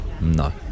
No